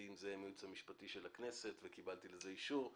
בנושא עם הייעוץ המשפטי של הכנסת וקיבלתי לזה אישור.